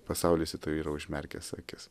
pasaulis tai yra užmerkęs akis